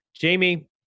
Jamie